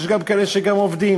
יש גם כאלה שעובדים.